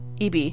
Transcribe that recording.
eb